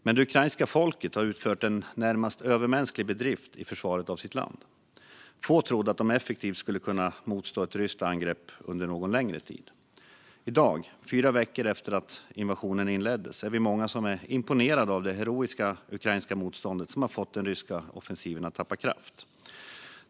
Men det ukrainska folket har stått för en närmast övermänsklig bedrift i försvaret av sitt land. Få trodde att de effektivt skulle kunna motstå ett ryskt angrepp under någon längre tid. I dag, fyra veckor efter att invasionen inleddes, är vi många som är imponerade av det heroiska ukrainska motståndet som har fått den ryska offensiven att tappa kraft.